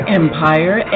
empire